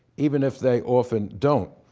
even if they often don't.